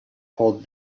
hold